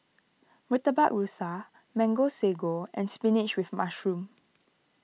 Murtabak Rusa Mango Sago and Spinach with Mushroom